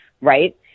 Right